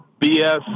BS